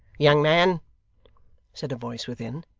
young man said a voice within.